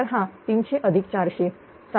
तर हा 300 अधिक 400 700 असेल